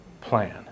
plan